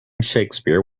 shakespeare